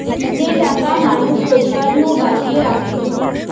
যে টাকা মানুষ রোজগার নু বাঁচিয়ে রাখতিছে